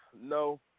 No